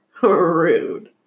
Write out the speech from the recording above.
Rude